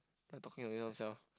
what talking only own self